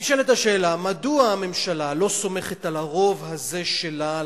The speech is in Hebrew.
נשאלת השאלה מדוע הממשלה לא סומכת על הרוב הזה שלה,